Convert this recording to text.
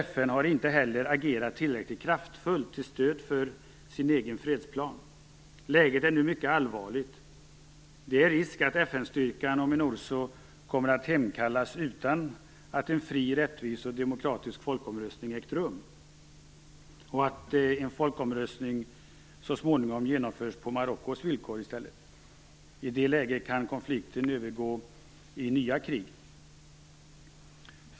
FN har inte heller agerat tillräckligt kraftfullt till stöd för sin egen fredsplan. Läget är nu mycket allvarligt. Det finns risk för att FN-styrkan och Minursos kommer att hemkallas utan att en fri, rättvis och demokratisk folkomröstning har ägt rum och att en folkomröstning så småningom kommer att genomföras på Marockos villkor i stället. I det läget kan konflikten övergå i nya krig.